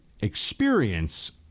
experience